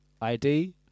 ID